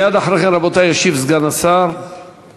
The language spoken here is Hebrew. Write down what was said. רבותי, מייד אחרי כן ישיב סגן שר הבריאות.